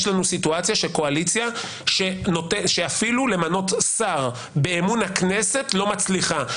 יש לנו סיטואציה של קואליציה שאפילו למנות שר באמון הכנסת לא מצליחה.